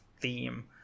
theme